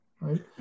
right